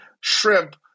shrimp